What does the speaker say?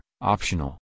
optional